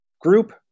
group